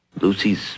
Lucy's